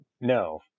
No